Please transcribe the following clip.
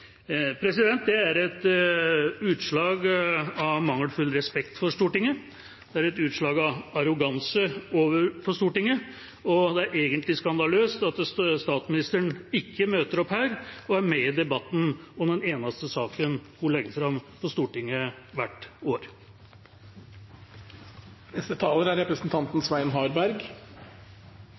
Det er et utslag av mangelfull respekt for Stortinget. Det er et utslag av arroganse overfor Stortinget, og det er egentlig skandaløst at statsministeren ikke møter opp her og er med i debatten om den eneste saken hun legger fram for Stortinget hvert år. Jeg vil først si takk til komiteen for godt samarbeid. Dette er